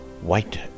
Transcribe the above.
White